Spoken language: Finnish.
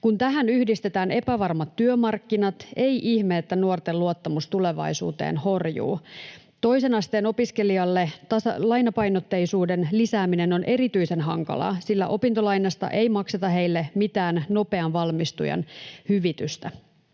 Kun tähän yhdistetään epävarmat työmarkkinat, ei ihme, että nuorten luottamus tulevaisuuteen horjuu. Toisen asteen opiskelijalle lainapainotteisuuden lisääminen on erityisen hankalaa, sillä opintolainasta ei makseta heille mitään nopean valmistujan hyvitystä.